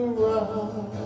run